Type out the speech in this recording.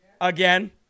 Again